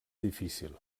difícil